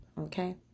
okay